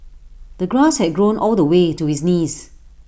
the grass had grown all the way to his knees